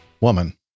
woman